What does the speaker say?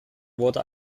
wurde